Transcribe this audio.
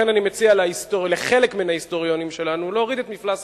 לכן אני מציע לחלק מן ההיסטוריונים שלנו להוריד את מפלס